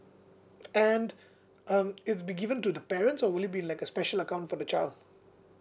and um it'll be given to the parents or will it be like a special account for the child